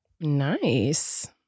Nice